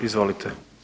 Izvolite.